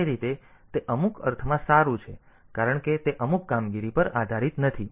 તેથી તે રીતે તે અમુક અર્થમાં સારું છે કારણ કે તે અમુક કામગીરી પર આધારિત નથી